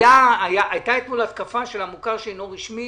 הייתה אתמול התקפה של המוכר שאינו רשמי